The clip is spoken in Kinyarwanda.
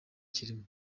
kirimo